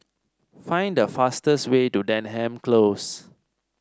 find the fastest way to Denham Close